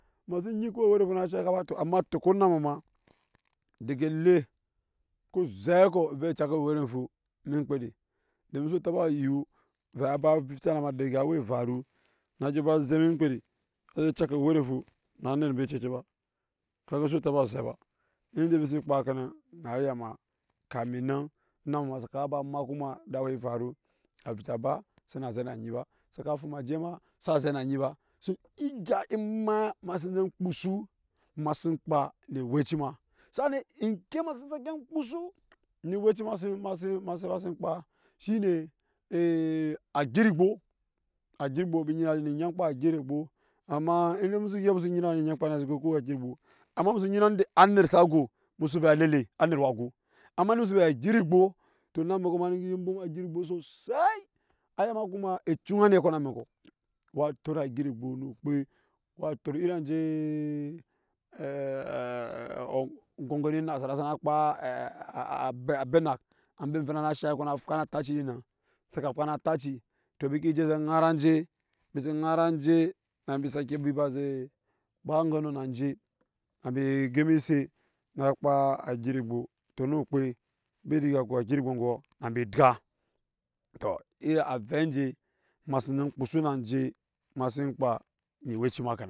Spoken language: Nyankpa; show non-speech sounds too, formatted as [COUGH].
[UNINTELLIGIBLE] to anna teke ona ana ce ge ele ku ze kɔ ove ecɛ ka ewerenfu ame nukpede domin su tama eyu vɛɛ a ba vica na ma dege awaa evaru na dyo ba zeeme nmkpede na we ocece ba ka ga su taba ze ba inde embi se kpaa kenan na aya ma, kamin nan ona ama kaa ba makpu ema ede awaa evanu a vica ba, sa ze na anyi ba sa ka fu ma je ma sa na zɛ na nyi so egya ema, eman se ne kpusu ema sen kpaa na awɛci ma, sa ki kpusu na ewɛci [HESITATION] ema sen kpaa ne aweii ma shine ee agirigbo agirigbo amma ende emu su gyep emu so nyina ne enyankpa eme azoko ku we agirigbo amma emu su nyima ende anet waa go amma emu su vɛɛ agirigbo to eme amɛko ema ne hisi bwoma agirigbo so sai aya ma ku ma ecuna niɛ kɔ eme amɛko waa tot agirigbo nu kpe a waa totiri anje [HESITATION] a gongoni nasara.